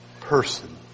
person